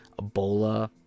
Ebola